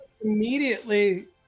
immediately